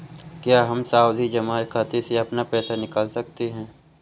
क्या हम सावधि जमा खाते से अपना पैसा निकाल सकते हैं?